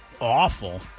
awful